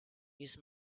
use